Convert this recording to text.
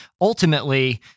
ultimately